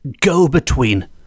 go-between